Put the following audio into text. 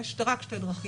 יש רק שתי דרכים.